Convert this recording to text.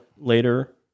later